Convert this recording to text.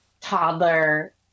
toddler